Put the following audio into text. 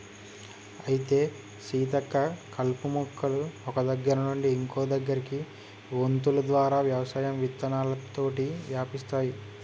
అయితే సీతక్క కలుపు మొక్కలు ఒక్క దగ్గర నుండి ఇంకో దగ్గరకి వొంతులు ద్వారా వ్యవసాయం విత్తనాలతోటి వ్యాపిస్తాయి